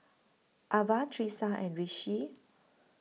Avah Tisha and Rishi